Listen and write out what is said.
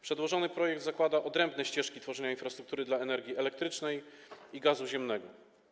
Przedłożony projekt zakłada odrębne ścieżki tworzenia infrastruktury dla energii elektrycznej i gazu ziemnego.